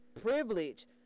privilege